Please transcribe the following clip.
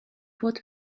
what